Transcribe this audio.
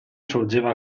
sorgeva